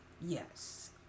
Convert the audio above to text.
Yes